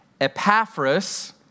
Epaphras